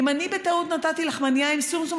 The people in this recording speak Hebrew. אם אני בטעות נתתי לחמנייה עם שומשום,